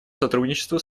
сотрудничеству